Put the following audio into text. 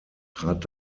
trat